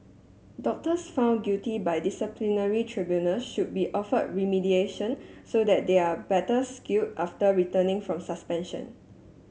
doctors found guilty by disciplinary tribunal should be offer remediation so that they are better skill after returning from suspension